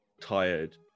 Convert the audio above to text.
tired